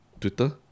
Twitter